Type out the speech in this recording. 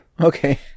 Okay